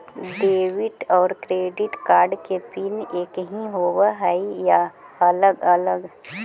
Debit और credit card के PIN एकही होव हइ या अलग अलग?